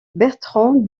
bertrand